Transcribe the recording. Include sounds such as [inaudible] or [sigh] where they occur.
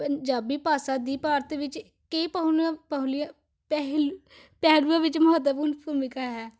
ਪੰਜਾਬੀ ਭਾਸ਼ਾ ਦੀ ਭਾਰਤ ਵਿੱਚ ਕੀ [unintelligible] ਪਹਿਲੁ ਪਹਿਲੂਆਂ ਵਿੱਚ ਮਹੱਤਵਪੂਰਨ ਭੂਮਿਕਾ ਹੈ